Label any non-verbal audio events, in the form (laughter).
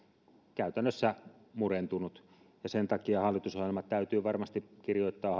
käytännössä murentunut ja sen takia hallitusohjelma täytyy hallituksen varmasti kirjoittaa (unintelligible)